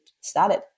started